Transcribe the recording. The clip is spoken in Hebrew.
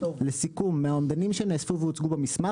"לסיכום מהאומדנים שנאספו והוצגו במסמך,